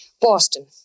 Boston